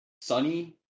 sunny